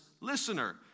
listener